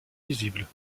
visibles